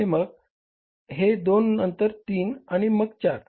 हे एक मग हे दोन नंतर ते तीन आणि मग हे चार